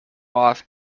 off